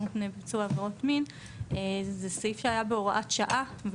מפני ביצוע עברות מין זה סעיף שהיה בהוראת שעה,